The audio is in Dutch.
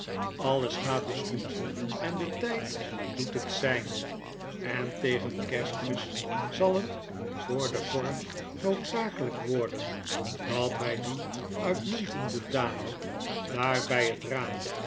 alles gaat dus goed en de tijd doethet zyne en tegen kerstmis zal het voor den vorm noodzakelyk worden dat wy die uitmuntende dame daar by het raam